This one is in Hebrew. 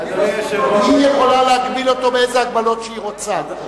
היא יכולה להגביל אותו באיזה הגבלות שהיא רוצה.